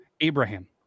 Abraham